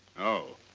oh.